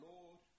Lord